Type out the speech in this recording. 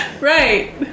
Right